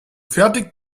fertig